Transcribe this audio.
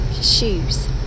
shoes